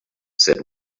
said